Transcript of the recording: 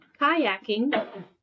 kayaking